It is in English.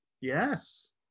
yes